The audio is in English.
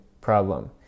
problem